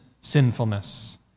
sinfulness